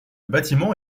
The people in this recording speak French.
bâtiment